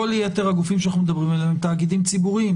כל יתר הגופים שאנחנו מדברים עליהם הם תאגידים ציבוריים.